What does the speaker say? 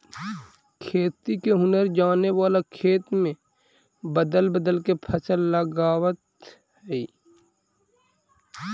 खेती के हुनर जाने वाला खेत में बदल बदल के फसल लगावऽ हइ